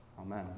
Amen